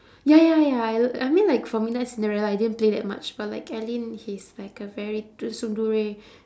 ya ya ya I I mean like for midnight-cinderella I didn't play that much but like alyn he's like a very tu~ tsundere